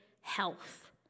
health